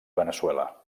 veneçuela